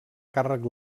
càrrec